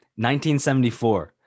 1974